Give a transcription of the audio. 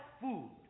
food